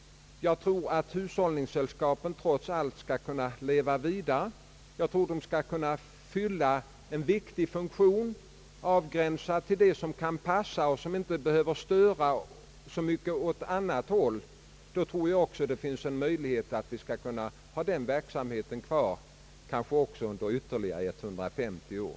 Jag tror att hushållningssällskapen trots allt skall kunna leva vidare och fylla en viktig funktion, avsränsad till uppgifter som kan passa sällskapen och som inte verkar störande på annan verksamhet. Om så blir fallet tror jag att det finns en möjlighet att denna verksamhet skall kunna bestå kanske under ytterligare 150 år.